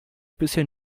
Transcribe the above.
bisher